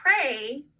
pray